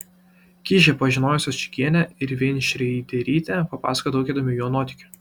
kižį pažinojusios čygienė ir veinšreiderytė papasakojo daug įdomių jo nuotykių